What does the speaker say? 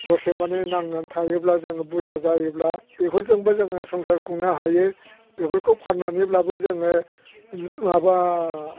हरसेमानि नांनानै थायोब्ला जोङो बुरजा जायोब्ला बेफोरजोंबो जोङो संसार खुंनो हायो बेफोरखौ फाननानैब्लाबो जोङो माबा